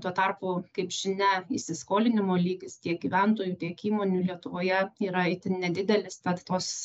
tuo tarpu kaip žinia įsiskolinimo lygis tiek gyventojų tiek įmonių lietuvoje yra itin nedidelis tad tos